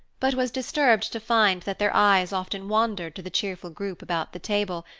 but was disturbed to find that their eyes often wandered to the cheerful group about the table,